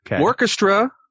Orchestra